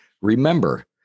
Remember